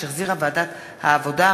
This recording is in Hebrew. שהחזירה ועדת העבודה,